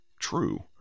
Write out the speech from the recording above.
true